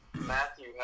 Matthew